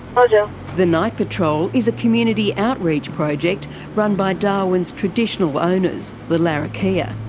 but the night patrol is a community outreach project run by darwin's traditional owners, the larrakia.